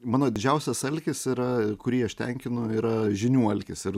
mano didžiausias alkis yra ir kurį aš tenkinu yra žinių alkis ir